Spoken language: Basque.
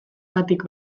batik